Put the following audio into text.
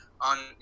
on